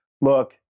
look